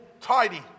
tidy